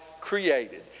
created